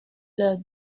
leurs